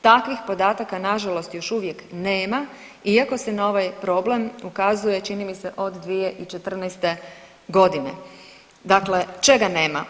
Takvih podataka nažalost još uvijek nema iako se na ovaj problem ukazuje, čini mi se od 2014. g. Dakle, čega nema?